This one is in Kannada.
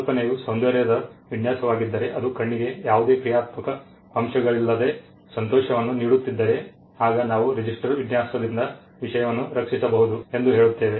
ಕಲ್ಪನೆಯು ಸೌಂದರ್ಯದ ವಿನ್ಯಾಸವಾಗಿದ್ದರೆ ಅದು ಕಣ್ಣಿಗೆ ಯಾವುದೇ ಕ್ರಿಯಾತ್ಮಕ ಅಂಶಗಳಿಲ್ಲದೆ ಸಂತೋಷವನ್ನು ನೀಡುತಿದ್ದರೆ ಆಗ ನಾವು ರಿಜಿಸ್ಟರ್ ವಿನ್ಯಾಸದಿಂದ ವಿಷಯವನ್ನು ರಕ್ಷಿಸಬಹುದು ಎಂದು ಹೇಳುತ್ತೇವೆ